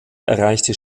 erreichte